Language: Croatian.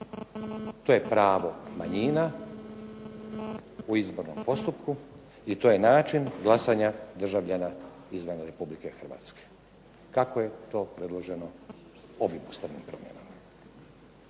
To je pravo manjina u izbornom postupku i to je način glasanja državljana izvan Republike Hrvatske kako je to predloženo ovim ustavnim promjenama.